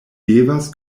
devas